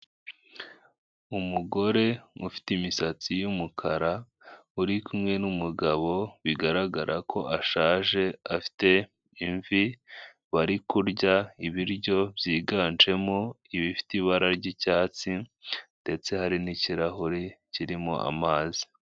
Umugore ufite imisatsi y'umukara, uri kumwe n'umugabo bigaragara ko ashaje, afite imvi, bari kurya ibiryo byiganjemo ibifite ibara ry'icyatsi ndetse hari n'ikirahure kirimo amazi.